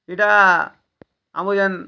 ଇଟା ଆମ ଯେନ୍